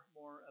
more